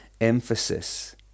emphasis